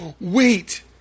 Wait